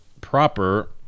proper